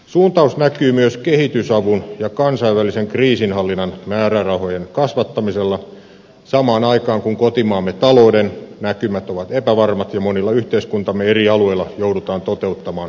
suuntaus näkyy myös kehitysavun ja kansainvälisen kriisinhallinnan määrärahojen kasvattamisena samaan aikaan kun kotimaamme talouden näkymät ovat epävarmat ja monilla yhteiskuntamme eri alueilla joudutaan toteuttamaan rajujakin leikkauksia